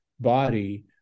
body